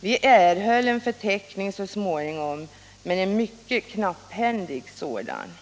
Vi erhöll en förteckning så småningom, men en mycket knapphändig sådan.